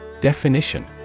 Definition